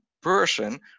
person